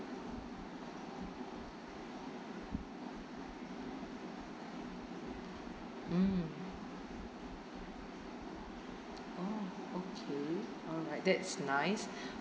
mm oh okay alright that's nice